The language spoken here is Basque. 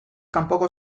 kanpoko